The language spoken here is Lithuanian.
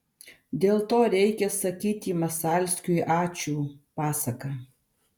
dėl to reikia sakyti masalskiui ačiū pasaka